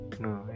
no